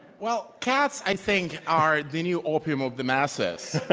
well, cats, i think are the new opium of the masses.